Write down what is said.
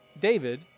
David